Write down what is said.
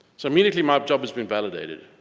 so immediately myjob has been validated.